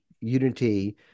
unity